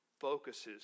focuses